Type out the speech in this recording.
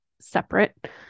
separate